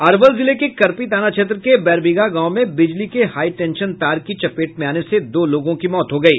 अरवल जिले के करपी थाना क्षेत्र के बैरबीघा गांव में बिजली के हाईटेंशन तार की चपेट में आने से दो लोगों की मौत हो गयी